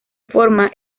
forma